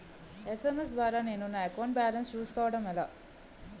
SMS ద్వారా నేను నా అకౌంట్ బాలన్స్ చూసుకోవడం ఎలా?